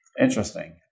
Interesting